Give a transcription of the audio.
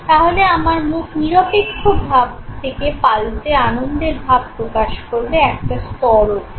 তাহলে আমার মুখ নিরপেক্ষ ভাব থেকে পাল্টে আনন্দের ভাব প্রকাশ করবে একটা স্তর অবধি